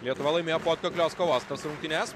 lietuva laimėjo po atkaklios kovos tas rungtynes